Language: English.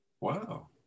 wow